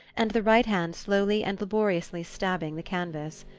and the right hand slowly and laboriously stabbing the canvas.